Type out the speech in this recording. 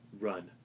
run